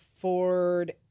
Ford